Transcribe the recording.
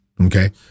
Okay